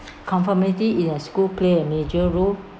conformity in a school play a major role